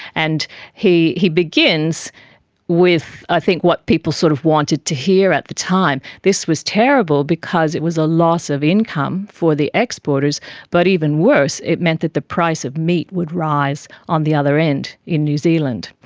and he he begins with i think what people sort of wanted to hear at the time, this was terrible because it was a loss of income for the exporters but, even worse, it meant that the price of meat would rise on the other end in new zealand.